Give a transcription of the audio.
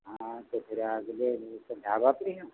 हाँ तो फिर आगे ले लेंगे तब ढाबा पर ही